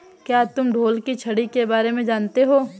क्या तुम ढोल की छड़ी के बारे में जानते हो?